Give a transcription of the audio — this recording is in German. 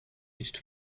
nicht